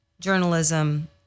journalism –